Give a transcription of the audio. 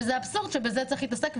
וזה אבסורד שבזה צריך להתעסק,